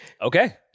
Okay